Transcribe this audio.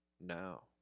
now